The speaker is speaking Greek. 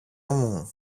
μου